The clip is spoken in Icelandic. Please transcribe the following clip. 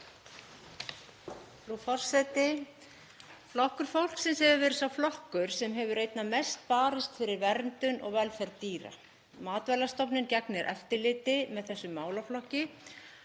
Frú forseti. Flokkur fólksins hefur verið sá flokkur sem hefur einna mest barist fyrir verndun og velferð dýra. Matvælastofnun gegnir eftirliti með þessum málaflokki